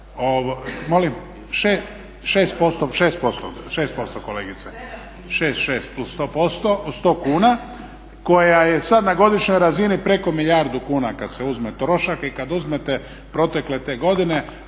… 6, 6 plus 100 kuna koja je sad na godišnjoj razini preko milijardu kuna kad se uzme trošak i kad uzmete protekle te godine